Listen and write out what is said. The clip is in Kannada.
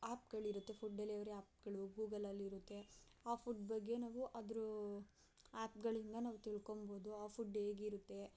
ಆ್ಯಪ್ಗಳಿರುತ್ತೆ ಫುಡ್ ಡೆಲಿವರಿ ಆ್ಯಪ್ಗಳು ಗೂಗಲಲ್ಲಿರುತ್ತೆ ಆ ಫುಡ್ ಬಗ್ಗೆ ನಾವು ಅದರ ಆ್ಯಪ್ಗಳಿಂದ ನಾವು ತಿಳ್ಕೊಬೋದು ಆ ಫುಡ್ ಹೇಗಿರುತ್ತೆ